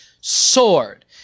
sword